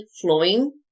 flowing